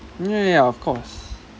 ya ya of course